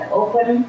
open